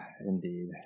Indeed